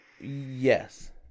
Yes